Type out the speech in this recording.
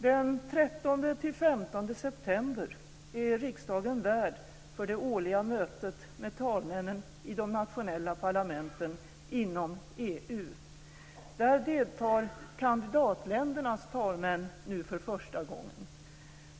Den 13-15 september är riksdagen värd för det årliga mötet med talmännen i de nationella parlamenten inom EU. Där deltar kandidatländernas talmän nu för första gången.